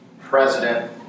president